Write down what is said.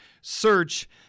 search